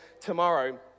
tomorrow